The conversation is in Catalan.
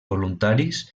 voluntaris